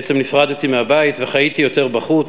בעצם נפרדתי מהבית וחייתי יותר בחוץ.